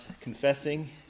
confessing